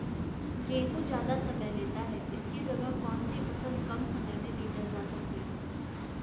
गेहूँ ज़्यादा समय लेता है इसकी जगह कौन सी फसल कम समय में लीटर जा सकती है?